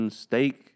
steak